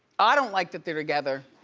i don't like that they're together.